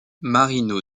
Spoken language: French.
marino